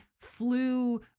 flew